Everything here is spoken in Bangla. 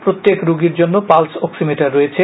প্রত্যেক রোগীর জন্য পালস অক্সিমিটার রয়েছে